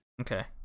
Okay